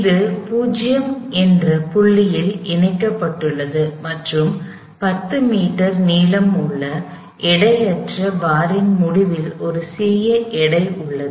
அது O என்ற புள்ளியில் இணைக்கப்பட்டுள்ளது மற்றும் 10 மீட்டர் நீளமுள்ள எடையற்ற பாரின் முடிவில் ஒரு சிறிய எடை உள்ளது